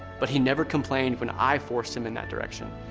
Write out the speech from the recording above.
but he never complained when i forced him in that direction.